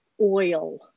oil